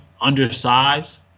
undersized